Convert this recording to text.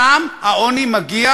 שם העוני מגיע